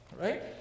Right